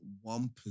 one